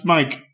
Mike